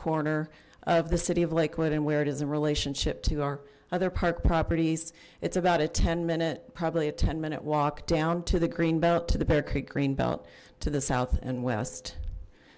corner of the city of lakewood and where it is in relationship to our other park properties it's about a ten minute probably a ten minute walk down to the green belt to the bear creek greenbelt to the south and west